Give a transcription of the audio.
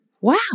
Wow